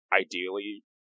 ideally